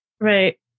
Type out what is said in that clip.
Right